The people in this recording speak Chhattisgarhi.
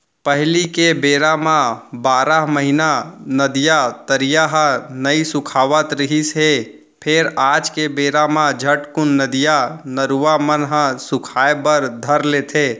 पहिली के बेरा म बारह महिना नदिया, तरिया ह नइ सुखावत रिहिस हे फेर आज के बेरा म झटकून नदिया, नरूवा मन ह सुखाय बर धर लेथे